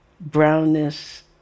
brownness